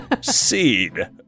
Seed